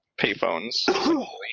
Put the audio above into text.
payphones